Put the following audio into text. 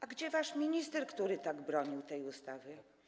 A gdzie wasz minister, który tak bronił tej ustawy?